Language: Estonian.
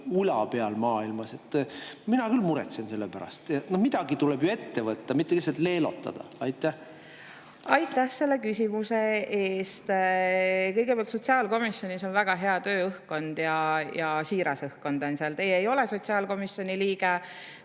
olemegi maailmas ula peal. Mina küll muretsen selle pärast. Midagi tuleb ju ette võtta, mitte lihtsalt leelotada! Aitäh selle küsimuse eest! Kõigepealt, sotsiaalkomisjonis on väga hea tööõhkkond, siiras õhkkond on seal. Teie ei ole sotsiaalkomisjoni liige,